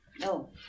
No